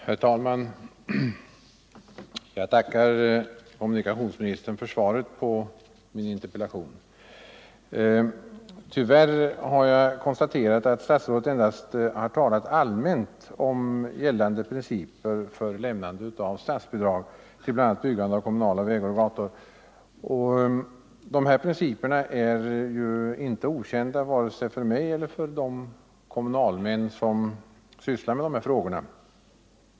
Herr talman! Jag tackar kommunikationsministern för svaret på min interpellation. Tyvärr konstaterar jag att statsrådet endast har talat om allmänt gällande principer för lämnande av statsbidrag till bl.a. byggande av kommunala vägar och gator. Dessa principer är inte okända vare sig för mig eller för de kommunalmän som sysslar med sådana frågor.